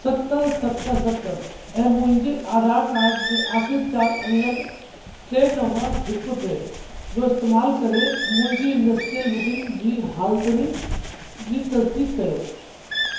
सत सत सत ऐं मुंहिंजे आधार कार्ड जे आखिरी चार अंगनि टे नव हिकु टे जो इस्तेमाल करे मुंहिंजी इंडस्ट्रियल बुकिंग जी हालतुनि जी तस्दीक़ कयो